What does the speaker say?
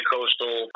Coastal